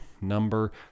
number